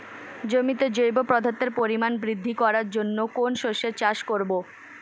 জমিতে জৈব পদার্থের পরিমাণ বৃদ্ধি করার জন্য কোন শস্যের চাষ করবো?